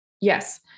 Yes